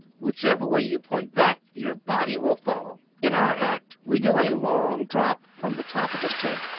whichever way you point that your body will follow. in our act we do a long drop from the top of the tent,